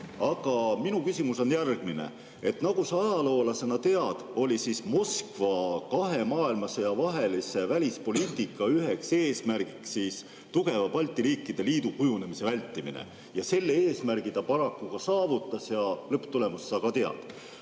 Aga minu küsimus on järgmine. Nagu sa ajaloolasena tead, oli Moskva kahe maailmasõja vahelise välispoliitika üks eesmärk tugeva Balti riikide liidu kujunemise vältimine. Selle eesmärgi ta paraku saavutas ja lõpptulemust sa tead.